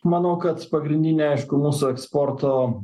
manau kad pagrindinė aišku mūsų eksporto